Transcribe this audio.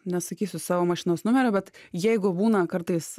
nesakysiu savo mašinos numerio bet jeigu būna kartais